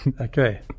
okay